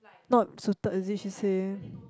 not suited is it she say